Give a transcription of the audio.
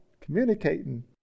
Communicating